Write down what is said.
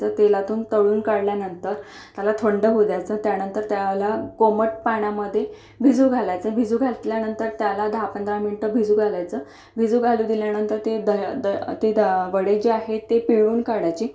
ते तेलातून तळून काढल्यानंतर त्याला थंड होऊ द्यायचं त्यानंतर त्याला कोमट पाण्यामध्ये भिजू घालायचं भिजू घातल्यानंतर त्याला दहा पंधरा मिनिटं भिजू घालायचं भिजू घालू दिल्यानंतर ते द द ते वडे जे आहेत ते पिळून काढायचे